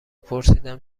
پرسیدم